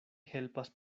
helpas